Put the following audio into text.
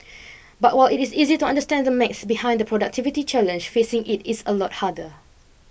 but while it is easy to understand the maths behind the productivity challenge fixing it is a lot harder